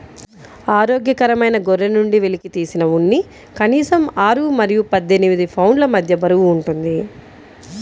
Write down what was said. ఆరోగ్యకరమైన గొర్రె నుండి వెలికితీసిన ఉన్ని కనీసం ఆరు మరియు పద్దెనిమిది పౌండ్ల మధ్య బరువు ఉంటుంది